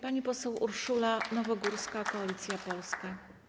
Pani poseł Urszula Nowogórska, Koalicja Polska.